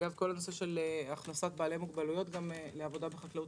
אגב הכנסת בעלי מוגבלויות לעבודה בחקלאות